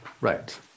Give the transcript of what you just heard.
right